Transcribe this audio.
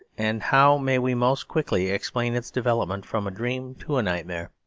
and how may we most quickly explain its development from a dream to a nightmare,